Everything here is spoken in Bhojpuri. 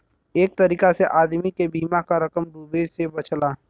एक तरीका से आदमी के बीमा क रकम डूबे से बचला